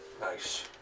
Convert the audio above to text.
nice